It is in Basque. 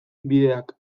bideak